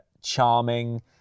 charming